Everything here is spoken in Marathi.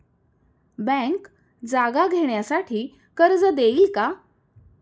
बँक जागा घेण्यासाठी कर्ज देईल का?